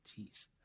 Jeez